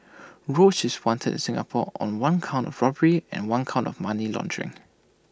roach is wanted in Singapore on one count of robbery and one count of money laundering